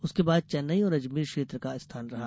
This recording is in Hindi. उसके बाद चैन्नई और अजमेर क्षेत्र का स्थान रहा